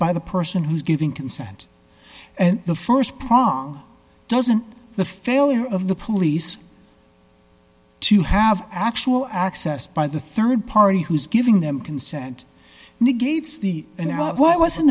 by the person who's giving consent and the st prong doesn't the failure of the police to have actual access by the rd party who's giving them consent negates the why wasn't